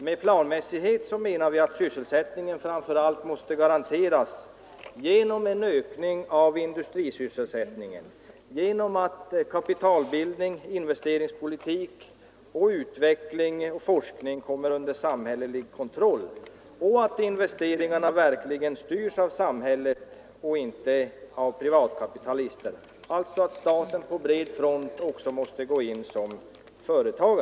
Med planmässighet menar vi att sysselsättningen framför allt måste garanteras genom en ökning av industrisysselsättningen, genom att kapitalbildning, investeringspolitik, utveckling och forskning kommer under samhällelig kontroll och att investeringarna verkligen styrs av samhället och inte av privatkapitalister — alltså att staten på bred front också måste gå in som företagare.